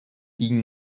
ging